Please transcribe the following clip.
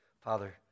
father